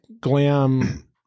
glam